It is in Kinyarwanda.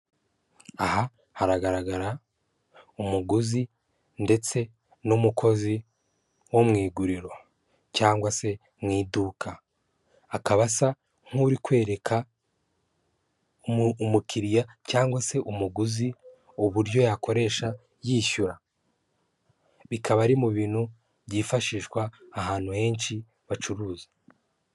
Aha haragaragara umuguzi ndetse n'umukozi wo mu iguriro cyangwa se mu iduka, akaba asa nk'uri kwereka umukiriya cyangwa se umuguzi uburyo yakoresha yishyura, bikaba ari mu bintu byifashishwa ahantu henshi bacuruza.